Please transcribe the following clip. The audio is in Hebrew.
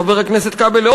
חבר הכנסת כבל,